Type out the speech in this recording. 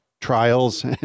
trials